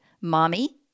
Mommy